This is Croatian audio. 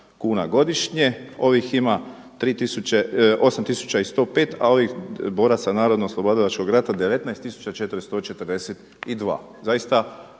kuna godišnje. Ovih ima 8105 a ovih boraca narodno oslobodilačkog rata 19 442.